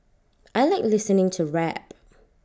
I Like listening to rap